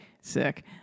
Sick